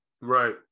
right